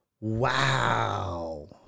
Wow